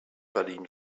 berlin